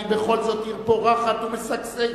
היא בכל זאת עיר פורחת ומשגשגת,